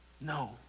no